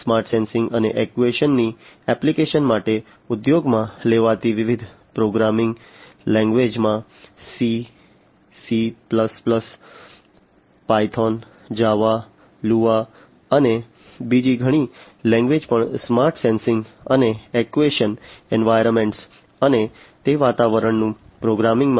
smart sensing અને એક્ટ્યુએશનની application માટે ઉપયોગમાં લેવાતી વિવિધ પ્રોગ્રામિંગ લેંગ્વેજ માં C C plus plus CC Python Java Lua અને બીજી ઘણી લેંગ્વેજઓ પણ સ્માર્ટ સેન્સિંગ અને એક્ટ્યુએશન એન્વાયર્નમેન્ટ્સ અને તે વાતાવરણનું પ્રોગ્રામિંગ